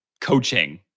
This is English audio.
coaching